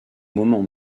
moment